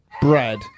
Brad